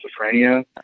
schizophrenia